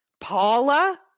Paula